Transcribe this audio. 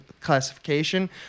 classification